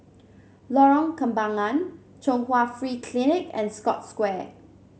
Lorong Kembagan Chung Hwa Free Clinic and Scotts Square